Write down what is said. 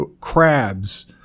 crabs